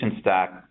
stack